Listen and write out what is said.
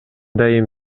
дайым